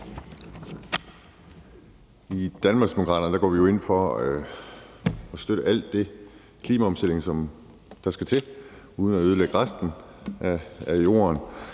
I Danmarksdemokraterne går vi jo ind for at støtte alt det klimaomstilling, der skal til, uden at det ødelægger resten af jorden,